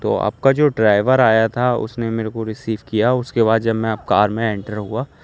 تو آپ کا جو ڈرائیور آیا تھا اس نے میرے کو رسیو کیا اس کے بعد جب میں کار میں اینٹر ہوا